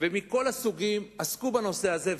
ומכל הסוגים עסקו בנושא הזה,